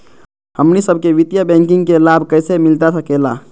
हमनी सबके वित्तीय बैंकिंग के लाभ कैसे मिलता सके ला?